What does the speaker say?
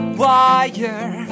wire